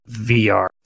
VR